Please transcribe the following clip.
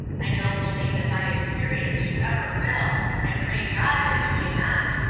i don't believe that by experience you ever will i pray god that you may not.